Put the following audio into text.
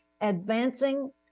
advancing